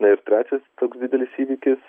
ir trečias toks didelis įvykis